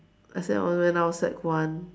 as in when I was sec one